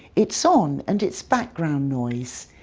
it's on and it's background noise.